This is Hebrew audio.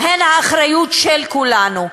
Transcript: הן האחריות של כולנו,